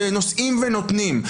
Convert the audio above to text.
שנושאים ונותנים.